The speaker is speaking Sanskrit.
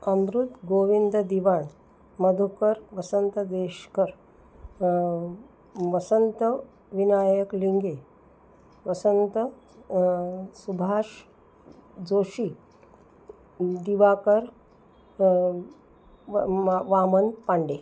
अमृत् गोविन्ददिवाड् मधुकर् वसन्तदेश्कर् मसन्त विनायक लिङ्गे वसन्त सुभाष् जोषी दिवाकर् मम वामन् पाण्डे